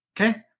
okay